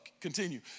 Continue